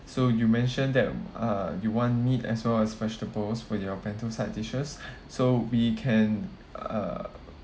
so you mention that uh you want meat as well as vegetables for your bento side dishes so we can uh